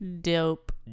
Dope